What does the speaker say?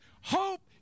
hope